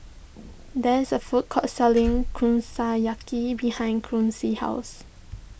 there is a food court selling Kushiyaki behind Quincy's house